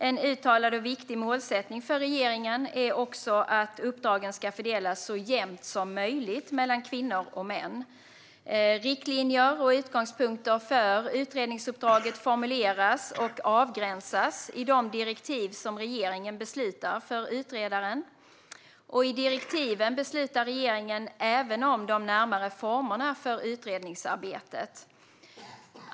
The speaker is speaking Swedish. En uttalad och viktig målsättning för regeringen är också att uppdragen ska fördelas så jämnt som möjligt mellan kvinnor och män. Riktlinjer och utgångspunkter för utredningsuppdraget formuleras och avgränsas i de direktiv som regeringen beslutar för utredaren. I direktiven beslutar regeringen även om de närmare formerna för utredningsarbetet.